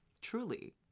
Truly